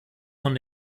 von